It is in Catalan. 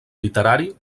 literari